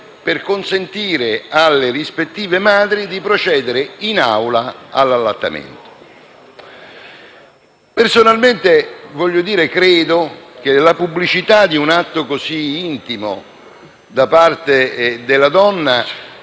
per consentire alle rispettive madri di procedere in Aula all'allattamento. Personalmente, credo che la pubblicità di un atto così intimo da parte della donna